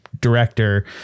director